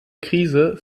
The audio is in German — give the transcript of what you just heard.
krise